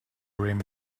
rim